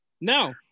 No